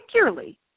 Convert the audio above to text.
particularly